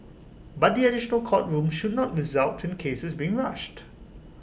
but the additional court rooms should not result in cases being rushed